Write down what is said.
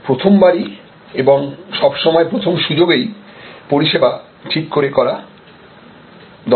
প্রথমবারই এবং সব সময় প্রথম সুযোগেই পরিষেবা ঠিক করে করা দরকার